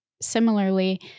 Similarly